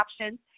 options